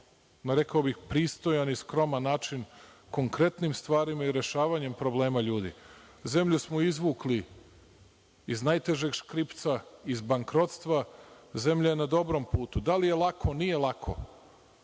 rekao bih, pristojan i skroman način konkretnim stvarima i rešavanjem problema ljudi. Zemlju smo izvukli iz najtežeg škripca, iz bankrotstva. Zemlja je na dobrom putu. Da li je lako? Nije lako